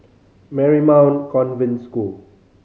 Marymount Convent School